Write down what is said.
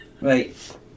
Right